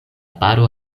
paro